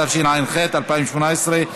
התשע"ח 2018,